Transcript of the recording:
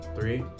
Three